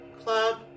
club